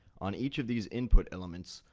on each of these input elements,